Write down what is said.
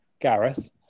Gareth